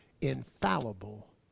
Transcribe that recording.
infallible